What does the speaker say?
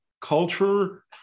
culture